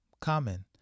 common